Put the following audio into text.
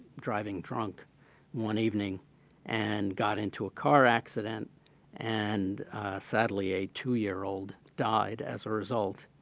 driving drunk one evening and got into a car accident and sadly, a two-year old died as a result.